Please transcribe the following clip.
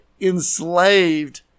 enslaved